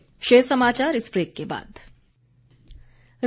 मुस्तैदी